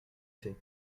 fait